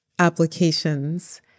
applications